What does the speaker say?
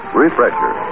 refresher